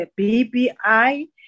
BBI